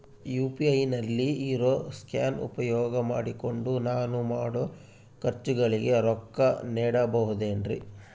UPI ನಲ್ಲಿ ಇರೋ scan ಉಪಯೋಗ ಮಾಡಿಕೊಂಡು ನಾನು ಮಾಡೋ ಖರ್ಚುಗಳಿಗೆ ರೊಕ್ಕ ನೇಡಬಹುದೇನ್ರಿ?